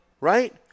right